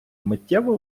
миттєво